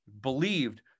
believed